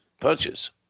punches